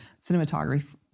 Cinematography